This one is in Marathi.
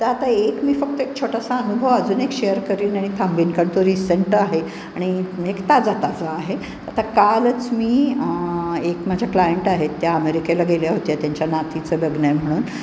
तर आता एक मी फक्त एक छोटासा अनुभव अजून एक शेअर करेन आणि थांबवेन कारण तो रिसेंट आहे आणि एक ताजा ताजा आहे आता कालच मी एक माझ्या क्लायंट आहेत त्या अमेरिकेला गेल्या होत्या त्यांच्या नातीचं लग्न आहे म्हणून